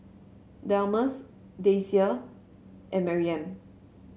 Delmus Daisye and Maryam